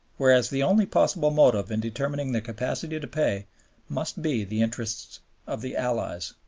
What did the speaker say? whereas the only possible motive in determining their capacity to pay must be the interests of the allies.